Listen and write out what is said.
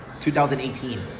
2018